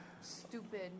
stupid